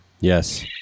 Yes